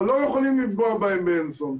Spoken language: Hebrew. לא יכולים לפגוע בהם, בהנסון,